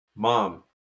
Mom